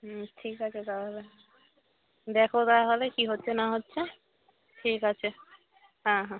হুম ঠিক আছে তাহলে দেখো তাহলে কী হচ্ছে না হচ্ছে ঠিক আছে হ্যাঁ হ্যাঁ